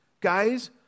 Guys